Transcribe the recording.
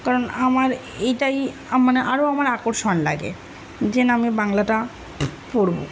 কারণ আমার এটাই মানে আরও আমার আকর্ষণ লাগে যেন আমি বাংলাটা পড়বো